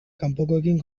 kanpokoekin